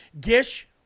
Gish